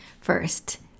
First